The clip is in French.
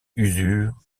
usure